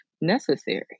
necessary